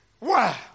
Wow